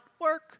work